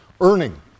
Earning